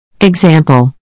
Example